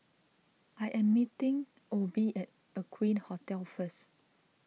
I am meeting Obie at Aqueen Hotel first